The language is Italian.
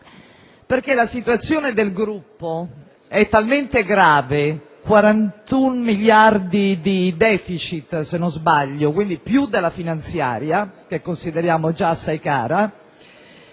La situazione del gruppo è talmente grave - 41 miliardi di *deficit*, se non sbaglio, quindi più della finanziaria che consideriamo già assai cara